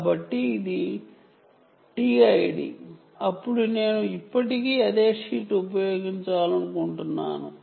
కాబట్టి అది TID ఇప్పుడు నాల్గవది నేను ఇప్పటి కీ అదే షీట్ ఉపయోగించాలనుకుంటున్నాను